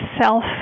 self